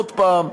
עוד פעם,